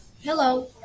Hello